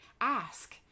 ask